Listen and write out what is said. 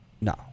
No